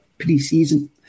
pre-season